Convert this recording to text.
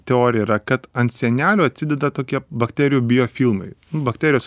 teorija yra kad ant sienelių atsideda tokie bakterijų biofilmai bakterijos